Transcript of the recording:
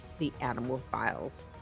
theanimalfiles